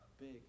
Big